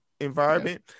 environment